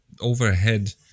overhead